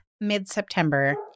mid-September